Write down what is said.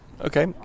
okay